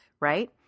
right